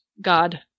god